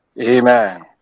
Amen